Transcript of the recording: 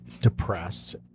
depressed